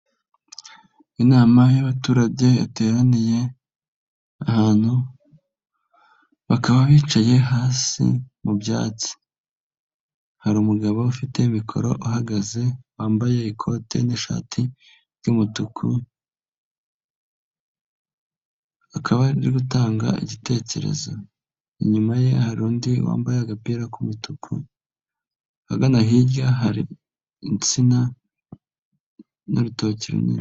Inama y'abaturage yateraniye ahantu bakaba bicaye hasi mu byatsi, hari umugabo ufite mikoro ahagaze wambaye ikote n'ishati ry'umutuku akaba ari gutanga igitekerezo, inyuma ye hari undi wambaye agapira k'umutuku, ahagana hirya hari insina n'urutoki runini.